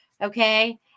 Okay